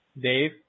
Dave